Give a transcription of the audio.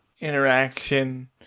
interaction